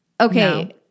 Okay